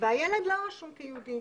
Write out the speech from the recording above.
והילד לא רשום כיהודי,